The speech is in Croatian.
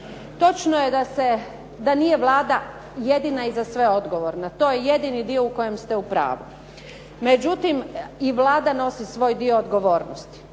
Točno je da se, da nije Vlada jedina i za sve odgovorna. To je jedini dio u kojem ste u pravu. Međutim, i Vlada nosi svoj dio odgovornosti.